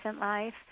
life